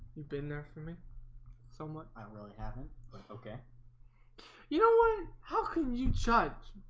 you've been there for me so much. i really haven't okay you know what how can you judge?